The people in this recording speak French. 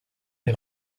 est